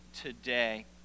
today